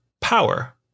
power